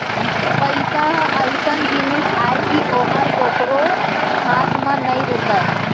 पइसा ह अइसन जिनिस अय कि ओहर कोकरो हाथ म नइ रूकय